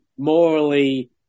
morally